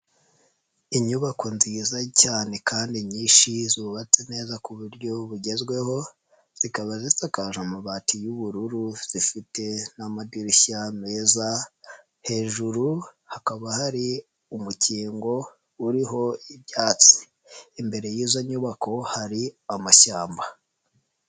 Inyubako nziza cyane kandi nyinshi zubatse neza ku buryo bugezweho, zikaba zitakaje amabati y'ubururu zifite n'amadirishya meza hejuru hakaba hari umukingo uriho ibyatsi, imbere y'izo nyubako hari amashyamba.